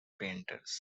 painters